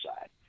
side